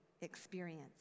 experience